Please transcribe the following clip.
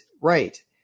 right